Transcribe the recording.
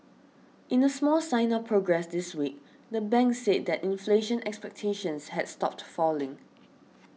in a small sign of progress this week the bank said that inflation expectations had stopped falling